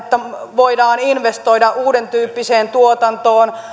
voidaan investoida uudentyyppiseen tuotantoon